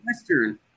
Western